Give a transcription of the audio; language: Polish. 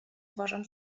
uważam